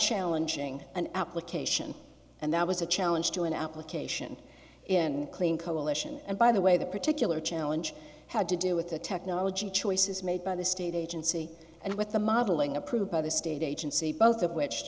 challenging an application and that was a challenge to an application in clean coalition and by the way that particular challenge had to do with the technology choices made by the state agency and with the modeling approved by the state agency both of which